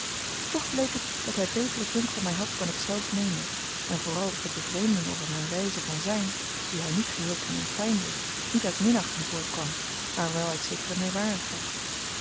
toch bleek het dat hij beteren dunk van mij had dan ik zelve meende en vooral dat de bevreemding over mijne wijze van zijn die hij niet geheel kon ontveinzen niet uit minachting voortkwam maar wel uit zekere